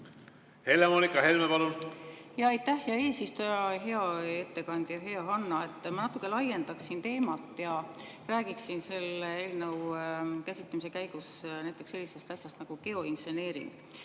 Helle-Moonika Helme, palun! Aitäh, hea eesistuja! Hea ettekandja Hanah! Ma natuke laiendaksin teemat ja räägiksin selle eelnõu käsitlemise käigus näiteks sellisest asjast nagu geoinseneering.